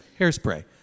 hairspray